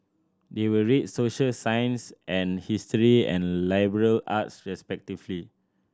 they will read social science and history and liberal arts respectively